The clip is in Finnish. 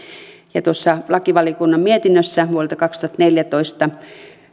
tuosta lakivaliokunnan mietinnöstä vuodelta kaksituhattaneljätoista